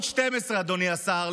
אדוני השר,